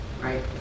right